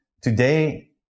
Today